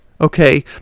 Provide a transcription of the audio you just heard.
Okay